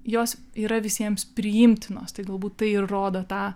jos yra visiems priimtinos tai galbūt tai ir rodo tą